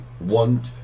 want